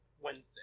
Wednesday